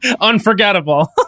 Unforgettable